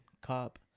cop